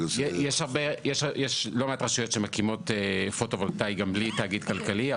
יש לא מעט רשויות שמקימות פוטו-וולטאי גם בלי תאגיד כלכלי.